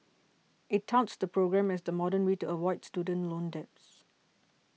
it touts the program as the modern way to avoid student loan debts